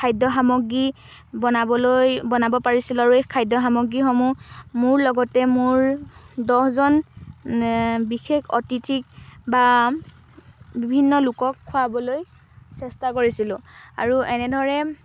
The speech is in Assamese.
খাদ্য সামগ্ৰী বনাবলৈ বনাব কৰিছিলোঁ আৰু এই খাদ্য সামগ্ৰীসমূহ মোৰ লগতে মোৰ দহজন বিশেষ অতিথিক বা বিভিন্ন লোকক খুৱাবলৈ চেষ্টা কৰিছিলোঁ আৰু এনেদৰে